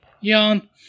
Yawn